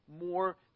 more